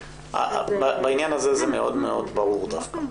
בעניין הזה זה מאוד ברור דווקא.